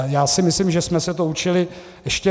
Já si myslím, že jsme se to učili ještě...